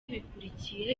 bikurikiye